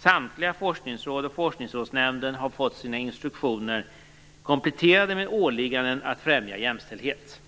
Samtliga forskningsråd och även Forskningsrådsnämnden har fått sina instruktioner kompletterade med åligganden att främja jämställdhet.